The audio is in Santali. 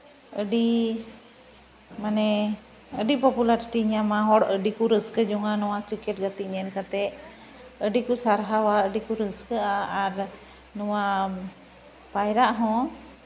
ᱟᱹᱰᱤ ᱢᱟᱱᱮ ᱟᱹᱰᱤ ᱯᱚᱯᱩᱞᱟᱨᱮᱴᱤ ᱧᱟᱢᱼᱟᱭ ᱦᱚᱲ ᱟᱹᱰᱤ ᱠᱚ ᱨᱟᱹᱥᱠᱟᱹ ᱡᱚᱝᱼᱟ ᱱᱚᱣᱟ ᱠᱨᱤᱠᱮᱴ ᱜᱟᱛᱮᱜ ᱧᱮᱞ ᱠᱟᱛᱮᱫ ᱟᱹᱰᱤ ᱠᱚ ᱥᱟᱨᱦᱟᱣᱟ ᱟᱨ ᱟᱹᱰᱤ ᱠᱚ ᱨᱟᱹᱥᱠᱟᱹᱜᱼᱟ ᱟᱨ ᱱᱚᱣᱟ ᱯᱟᱭᱨᱟᱜ ᱦᱚᱸ